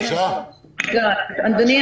אדוני,